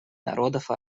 народов